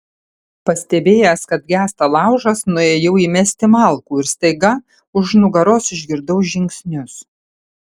pastebėjęs kad gęsta laužas nuėjau įmesti malkų ir staiga už nugaros išgirdau žingsnius